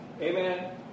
Amen